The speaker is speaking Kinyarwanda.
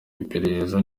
iperereza